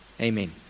Amen